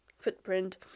footprint